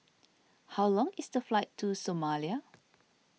how long is the flight to Somalia